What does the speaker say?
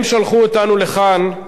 הם שלחו אותנו לכאן,